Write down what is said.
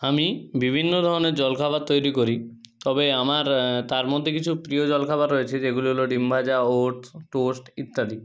আমি বিভিন্ন ধরনের জলখাবার তৈরি করি তবে আমার তার মধ্যে কিছু প্রিয় জলখাবার রয়েছে যেগুলি হলো ডিম ভাজা ওটস টোস্ট ইত্যাদি